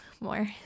more